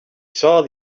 saw